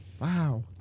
Wow